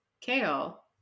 Kale